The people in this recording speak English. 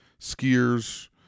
skiers